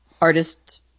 artist